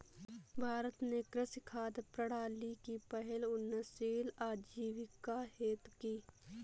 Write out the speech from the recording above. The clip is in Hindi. भारत ने कृषि खाद्य प्रणाली की पहल उन्नतशील आजीविका हेतु की